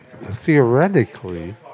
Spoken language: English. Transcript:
Theoretically